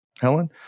Helen